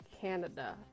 canada